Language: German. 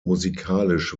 musikalisch